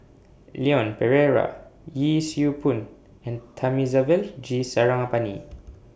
Leon Perera Yee Siew Pun and Thamizhavel G Sarangapani